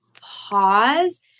pause